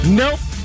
nope